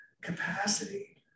capacity